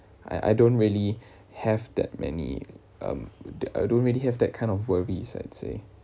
I I don't really have that many um I don't really have that kind of worries I'd say